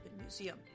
Museum